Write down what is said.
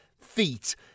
feet